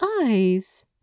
eyes